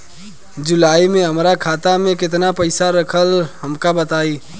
जुलाई में हमरा खाता में केतना पईसा रहल हमका बताई?